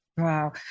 Wow